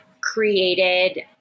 created